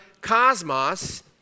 cosmos